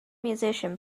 musician